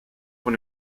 von